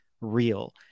real